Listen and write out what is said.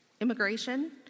immigration